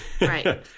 Right